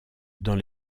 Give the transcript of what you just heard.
dans